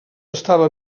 estava